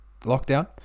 lockdown